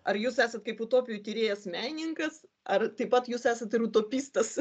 ar jūs esat kaip utopijų tyrėjas menininkas ar taip pat jūs esat ir utopistas